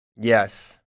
yes